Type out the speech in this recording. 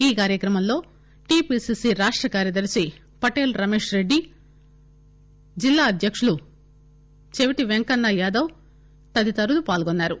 ఈ కార్యక్రమమలో టీపీసీసీ రాష్ట కార్యదర్శి పటేల్ రమేష్ రెడ్డి జిల్లా అధ్యకుడు చెవిటి పెంకన్న యాదవ్ తదితరులు పాల్గొన్నారు